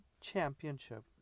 championship